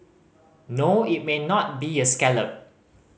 no it may not be a scallop